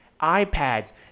ipads